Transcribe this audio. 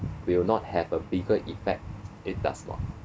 will not have a bigger effect it does not